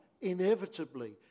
inevitably